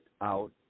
out